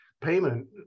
payment